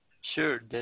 Sure